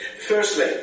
Firstly